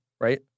right